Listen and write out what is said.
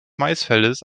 maisfeldes